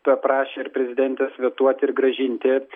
paprašę ir prezidentės vetuoti ir grąžinti